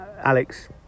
Alex